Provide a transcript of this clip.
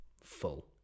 full